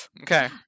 okay